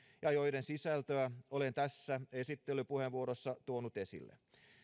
ja joiden sisältöä olen tässä esittelypuheenvuorossa tuonut esille